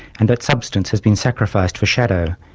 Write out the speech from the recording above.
and that substance has been sacrificed for shadow,